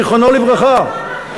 זיכרונו לברכה.